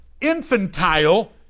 infantile